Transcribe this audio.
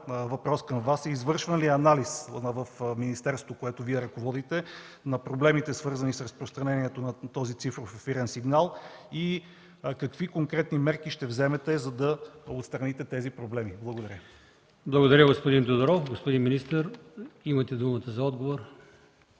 въпрос към Вас е: извършван ли е анализ в министерството, което Вие ръководите, на проблемите, свързани с разпространението на цифров ефирен сигнал? Какви конкретни мерки ще вземете, за да отстраните тези проблеми? Благодаря. ПРЕДСЕДАТЕЛ АЛИОСМАН ИМАМОВ: Благодаря, господин Тодоров. Господин министър, имате думата за отговор.